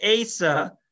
Asa